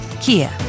Kia